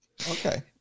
Okay